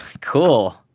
cool